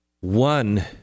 One